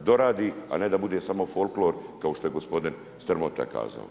doradi, a ne da bude samo folklor kao što je gospodin Strmota rekao.